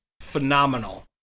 phenomenal